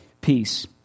peace